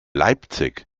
leipzig